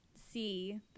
see